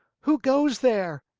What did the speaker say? who goes there?